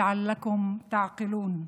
בכדי שתוכלו להבין.)